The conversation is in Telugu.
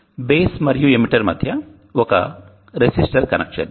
బేస్ మరియు ఎమిటర్ మధ్య ఒక రెసిస్టర్ కనెక్ట్ చేద్దాం